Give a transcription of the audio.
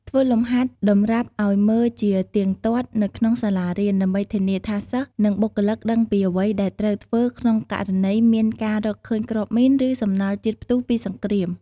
ធ្វើលំហាត់តម្រាប់អោយមើលជាទៀងទាត់នៅក្នុងសាលារៀន ដើម្បីធានាថាសិស្ស និងបុគ្គលិកដឹងពីអ្វីដែលត្រូវធ្វើក្នុងករណីមានការរកឃើញគ្រាប់មីន ឬ សំណល់ជាតិផ្ទុះពីសង្គ្រាម ។